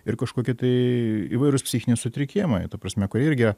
ir kažkokį tai įvairūs psichiniai sutrikimai ta prasme kuri irgi